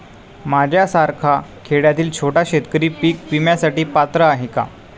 माझ्यासारखा खेड्यातील छोटा शेतकरी पीक विम्यासाठी पात्र आहे का?